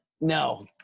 no